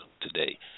today